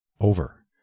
over